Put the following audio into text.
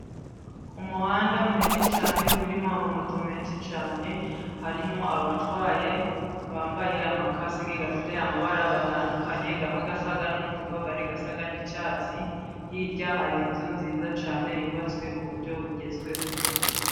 Umuhanda munini cyane urimo amamoto menshi cyane, harimo abatwaye bambaye amakasike afite amabara atandukanye, amwe asa n'umutuku, ayandi asa n'icyatsi, hirya hari inzu nziza cyane yubatswe mu buryo bugezweho.